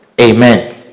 Amen